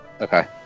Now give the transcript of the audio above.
okay